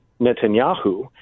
Netanyahu